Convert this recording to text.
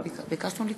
לא.